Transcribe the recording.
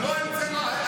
לא המצאנו שום כלל.